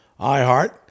iHeart